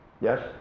Yes